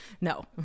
No